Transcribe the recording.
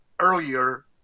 earlier